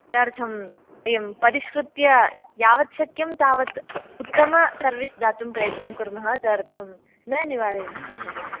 तदर्थं वयं परिष्कृत्य यावत् शक्यं तावत् उत्तम सर्विस् दातुं प्रयत्नं कुर्मः तदर्थं न निवारयन्तु महोदये